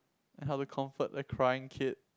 and how to comfort a crying kid